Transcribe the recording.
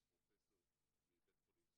שהוא פרופסור מבית חולים סורוקה.